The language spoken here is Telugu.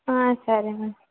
సరేనండి